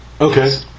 Okay